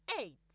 eight